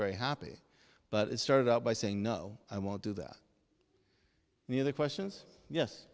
very happy but it started out by saying no i won't do that and the other questions yes